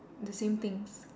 the same things